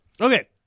Okay